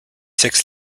six